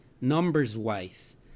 numbers-wise